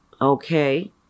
okay